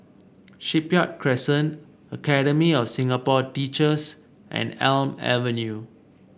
Shipyard Crescent Academy of Singapore Teachers and Elm Avenue